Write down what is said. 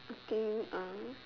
I think uh